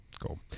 cool